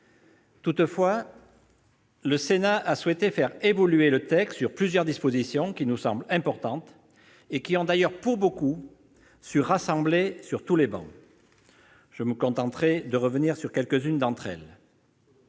Toutefois, le Sénat a souhaité faire évoluer le texte sur plusieurs dispositions qui nous semblent importantes et qui ont d'ailleurs, pour nombre d'entre elles, permis de rassembler sur toutes les travées. Je me contenterai de revenir sur quelques-unes de ces